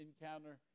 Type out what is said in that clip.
encounter